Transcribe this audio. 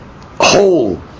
whole